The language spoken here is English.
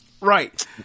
Right